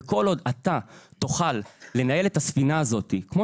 כל עוד אתה תוכל לנהל את הספינה הזאת כמו